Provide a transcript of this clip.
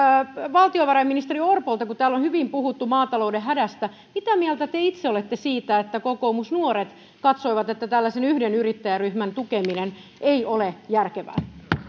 valtiovarainministeri orpolta kun täällä on hyvin puhuttu maatalouden hädästä mitä mieltä te te itse olette siitä että kokoomusnuoret katsoivat että tällaisen yhden yrittäjäryhmän tukeminen ei ole järkevää